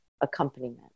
accompaniment